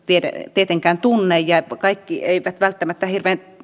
tietenkään tunne ja kaikki eivät välttämättä hirveän